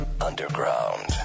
Underground